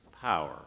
power